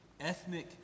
ethnic